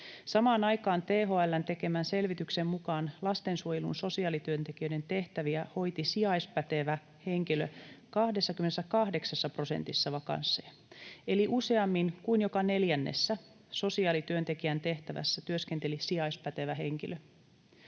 Samaan aikaan THL:n tekemän selvityksen mukaan lastensuojelun sosiaalityöntekijöiden tehtäviä hoiti sijaispätevä henkilö 28 prosentissa vakansseja eli useammin kuin joka neljännessä sosiaalityöntekijän tehtävässä työskenteli sijaispätevä henkilö.